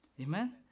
Amen